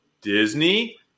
Disney